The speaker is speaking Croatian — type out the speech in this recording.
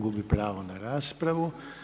Gubi pravo na raspravu.